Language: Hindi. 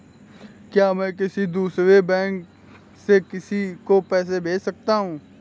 क्या मैं किसी दूसरे बैंक से किसी को पैसे भेज सकता हूँ?